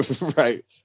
Right